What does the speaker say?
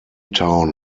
town